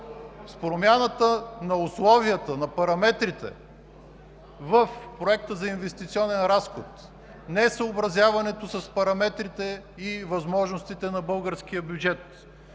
с промяната на условията на параметрите в Проекта за инвестиционен разход, несъобразяването с параметрите и възможностите на българския бюджет,